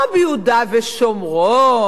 לא ביהודה ושומרון,